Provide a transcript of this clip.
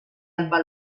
alba